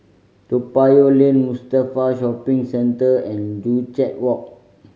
Toa Payoh Lane Mustafa Shopping Centre and Joo Chiat Walk